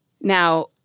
Now